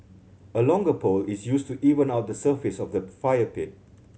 a longer pole is used to even out the surface of the fire pit